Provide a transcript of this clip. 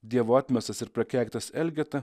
dievo atmestas ir prakeiktas elgeta